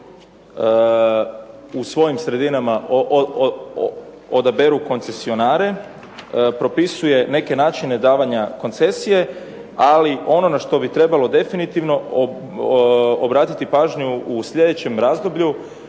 u svojim sredinama odaberu koncesionare, propisuje neke načine davanja koncesije, ali ono na što bi trebalo definitivno obratiti pažnju u sljedećem razdoblju